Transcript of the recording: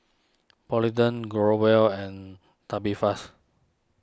Polident Growell and Tubifast